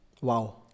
Wow